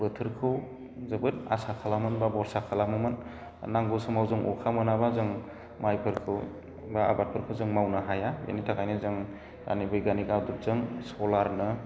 बोथोरखौ जोबोद आसा खालामोमोन बा भरसा खालामोमोन नांगौ समाव जों अखा मोनाबा जों माइफोरखौ बा आबादफोरखौ जों मावनो हाया बिनि थाखायनो जों दानि बैगा्नियाक आदबजों सलारनो